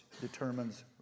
determines